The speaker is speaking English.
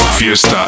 Fiesta